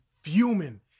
fuming